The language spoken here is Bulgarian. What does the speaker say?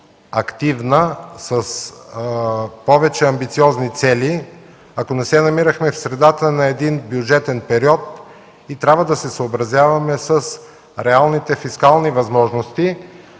по-активна, с повече амбициозни цели, ако не се намирахме в средата на един бюджетен период и трябва да се съобразяваме с реалните фискални възможности.